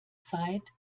zeit